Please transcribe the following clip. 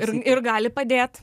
ir ir gali padėt